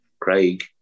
Craig